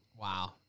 Wow